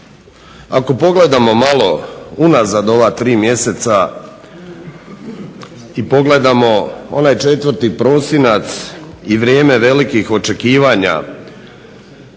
ako pogledamo malo unazad ova tri mjeseca i pogledamo onaj 4. prosinac i vrijeme velikih očekivanja